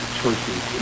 choices